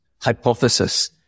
hypothesis